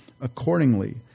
Accordingly